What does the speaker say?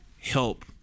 help